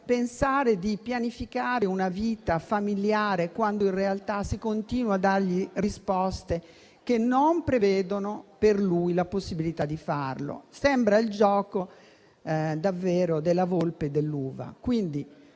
pensare di pianificare una vita familiare quando in realtà si continua a dargli risposte che non prevedono per lui la possibilità di farlo? Sembra davvero il gioco della volpe e dell'uva.